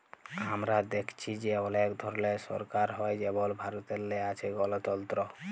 আমরা দ্যাইখছি যে অলেক ধরলের সরকার হ্যয় যেমল ভারতেল্লে আছে গলতল্ত্র